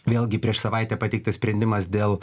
vėlgi prieš savaitę pateiktas sprendimas dėl